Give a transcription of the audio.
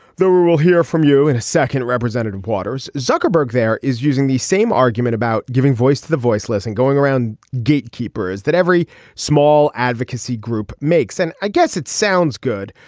we will hear from you in a second. representative waters zuckerberg there is using the same argument about giving voice to the voiceless and going around gatekeepers that every small advocacy group makes and i guess it sounds good.